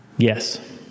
Yes